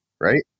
right